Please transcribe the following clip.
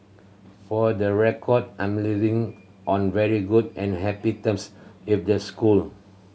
for the record I'm leaving on very good and happy terms with the school